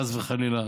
חס וחלילה,